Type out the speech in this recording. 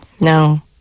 No